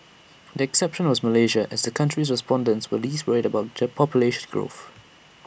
the exception was Malaysia as the country's respondents were least worried about J population growth